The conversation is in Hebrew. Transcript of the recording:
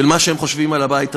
של מה שהם חושבים על הבית הזה.